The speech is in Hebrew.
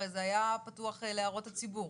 הרי זה היה פתוח להערות הציבור.